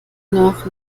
nach